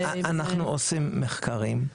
כן, אנחנו עושים מחקרים.